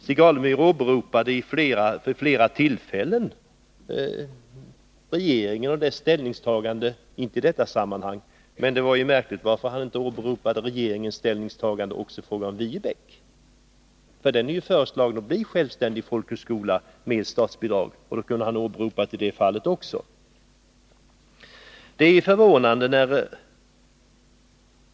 Stig Alemyr åberopade vid flera tillfällen regeringen och dess ställningstagande — visserligen inte i detta sammanhang, men det var ju märkligt att han inte åberopade regeringens ställningstagande också i fråga om Viebäck. Den är ju föreslagen att bli självständig folkhögskola med statsbidrag, och då kunde han ju åberopa regeringens ställningstagande också i detta fall.